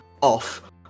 off